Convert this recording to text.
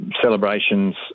celebrations